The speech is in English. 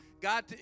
God